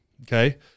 Okay